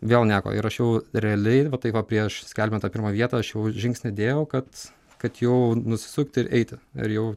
vėl nieko ir aš jau realiai tai va prieš skelbiant tą pirmą vietą aš jau žingsnį dėjau kad kad jau nusisukt ir eiti ir jau